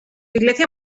iglesia